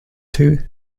two